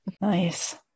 Nice